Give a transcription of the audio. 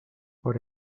por